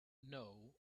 know